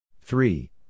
Three